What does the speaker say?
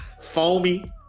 Foamy